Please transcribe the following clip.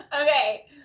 Okay